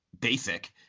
basic